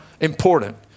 important